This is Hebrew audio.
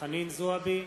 חנין זועבי,